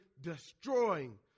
destroying